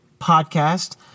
podcast